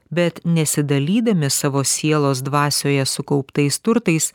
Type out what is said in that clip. bet nesidalydami savo sielos dvasioje sukauptais turtais